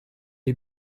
est